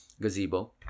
Gazebo